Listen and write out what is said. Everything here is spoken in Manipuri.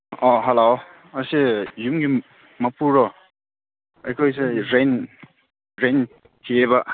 ꯑꯥ ꯍꯜꯂꯣ ꯁꯦ ꯌꯨꯝꯒꯤ ꯃꯄꯨꯔꯣ ꯑꯩꯈꯣꯏꯁꯦ ꯔꯦꯟꯠ ꯔꯦꯟꯠ ꯊꯤꯕ